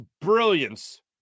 brilliance